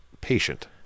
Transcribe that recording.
patient